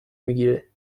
میگیره